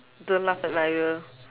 don't laugh at my wheel